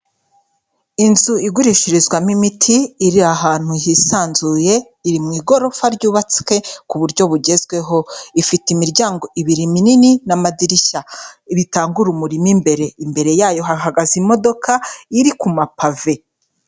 Inzu igurishirizwamo imiti iri ahantu hisanzuye, iri mu igorofa ryubatswe ku buryo bugezweho. Ifite imiryango ibiri minini n'amadirishya bitanga urumuri mo imbere, imbere yayo hahagaze imodoka iri kuma pave.